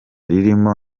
ririmo